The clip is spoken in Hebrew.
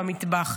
במטבח,